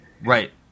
Right